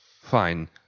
Fine